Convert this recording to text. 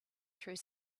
through